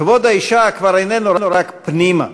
כבוד האישה כבר איננו רק פנימה,